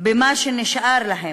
במה שנשאר להם,